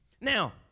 now